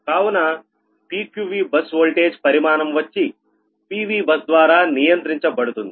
కావున PQVబస్ ఓల్టేజ్ పరిమాణం వచ్చి PV బస్ ద్వారా నియంత్రించబడుతుంది